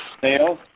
sales